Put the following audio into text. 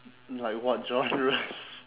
like what genres